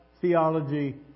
theology